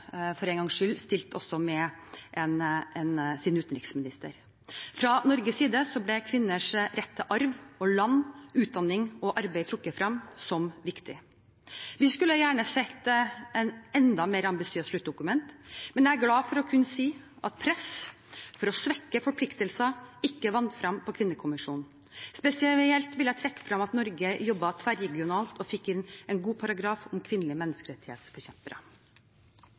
for en gangs skyld også stilte med sin utenriksminister. Fra Norges side ble kvinners rett til arv og land, utdanning og arbeid trukket frem som viktig. Vi skulle gjerne sett et enda mer ambisiøst sluttdokument, men jeg er glad for å kunne si at press for å svekke forpliktelser ikke vant frem på kvinnekommisjonen. Spesielt vil jeg trekke frem at Norge jobbet tverregionalt og fikk inn en god paragraf om kvinnelige menneskerettighetsforkjempere.